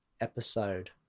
episode